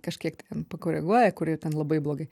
kažkiek ten pakoreguoja kur jau ten labai blogai